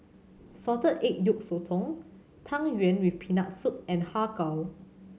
Salted Egg Yolk Sotong Tang Yuen with Peanut Soup and Har Kow